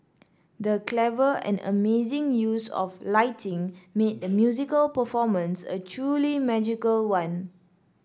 the clever and amazing use of lighting made the musical performance a truly magical one